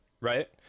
right